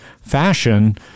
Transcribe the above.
fashion